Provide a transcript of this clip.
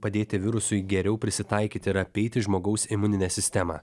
padėti virusui geriau prisitaikyti ir apeiti žmogaus imuninę sistemą